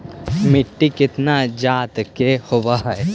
मिट्टी कितना जात के होब हय?